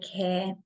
care